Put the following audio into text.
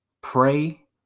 Pray